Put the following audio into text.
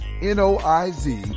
N-O-I-Z